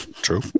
True